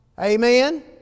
Amen